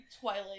Twilight